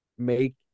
Make